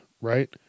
right